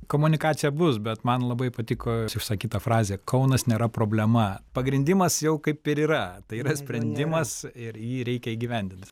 komunikacija bus bet man labai patiko išsakyta frazė kaunas nėra problema pagrindimas jau kaip ir yra tai yra sprendimas ir jį reikia įgyvendint